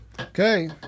Okay